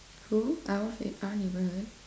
who our fit~ our neighborhood